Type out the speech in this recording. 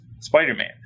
Spider-Man